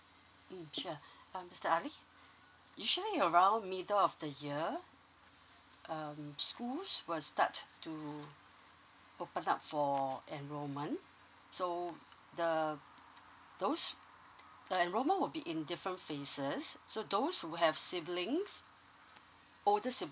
mm sure um mister ali usually around middle of the year um schools will start to open up for enrollment so the um those the enrollment will be in different phases so those who have siblings older siblings